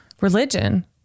religion